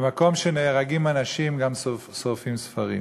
אז במקום שנהרגים אנשים גם שורפים ספרים.